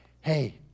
hey